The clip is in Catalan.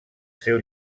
seu